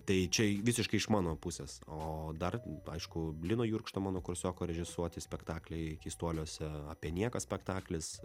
tai čia visiškai iš mano pusės o dar aišku lino jurkšto mano kursioko režisuoti spektakliai keistuoliuose apie nieką spektaklis